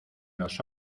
los